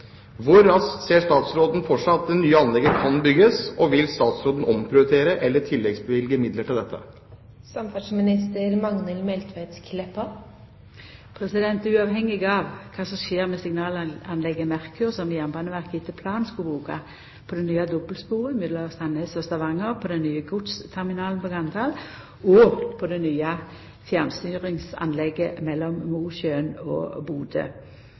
Hvor raskt ser statsråden for seg at det nye anlegget kan bygges, og vil statsråden omprioritere eller tilleggsbevilge midler til dette?» Uavhengig av kva som skjer med signalanlegget Merkur, som Jernbaneverket etter planen skulle bruka på det nye dobbeltsporet mellom Sandnes og Stavanger, på den nye godsterminalen på Ganddal og på det nye fjernstyringsanlegget mellom Mosjøen og Bodø,